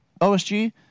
OSG